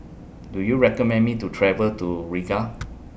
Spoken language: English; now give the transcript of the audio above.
Do YOU recommend Me to travel to Riga